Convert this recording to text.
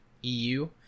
EU